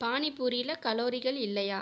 பானி பூரியில் கலோரிகள் இல்லையா